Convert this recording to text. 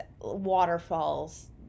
Waterfalls